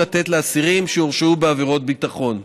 לתת לאסירים שהורשעו בעבירות ביטחון,